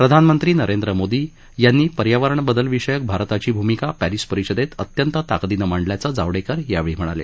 प्रधानमंत्री नरेंद्र मोदी यांनी पर्यावरणबदल विषयक भारताची भूमिका पॅरिस परिषदेत अंत्यंत ताकदीनं मांडल्याचं जावडेकर यावेळी म्हणाले